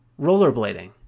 rollerblading